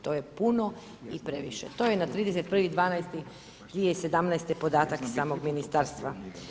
To je puno i previše, to je na 31.12.2017. podatak iz samog ministarstva.